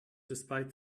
despite